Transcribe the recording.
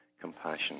compassion